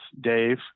Dave